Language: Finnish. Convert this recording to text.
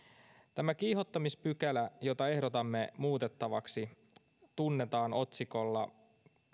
tämä kiihottamispykälä jota ehdotamme muutettavaksi tunnetaan otsikolla